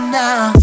now